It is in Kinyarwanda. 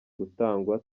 gutangwa